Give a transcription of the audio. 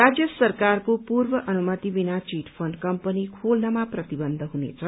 राज्य सरकारको पूर्व अनुमति बिना चीट फण्ड कम्पनी खोल्नमा प्रतिबन्ध हुनेछ